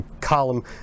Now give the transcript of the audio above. column